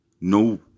no